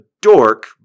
dork